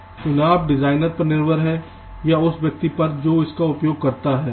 बेशक चुनाव डिजाइनर पर निर्भर है या उस व्यक्ति पर जो इसका उपयोग करता है